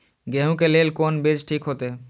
गेहूं के लेल कोन बीज ठीक होते?